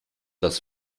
das